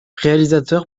réalisateur